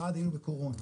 היינו בקורונה,